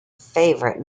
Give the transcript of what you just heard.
favorite